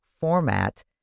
format